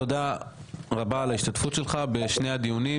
תודה רבה על ההשתתפות שלך בשני הדיונים.